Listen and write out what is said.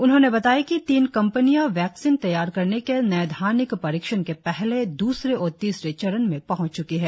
उन्होंने बताया कि तीन कंपनियां वैक्सीन तैयार करने के नैदानिक परीक्षण के पहले दूसरे और तीसरे चरण में पहंच च्की हैं